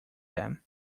them